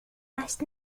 last